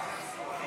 בושה.